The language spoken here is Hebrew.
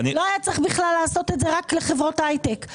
לא היה צריך בכלל לעשות את זה, רק לחברות הייטק.